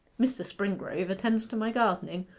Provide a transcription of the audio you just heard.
mr. springrove attends to my gardening,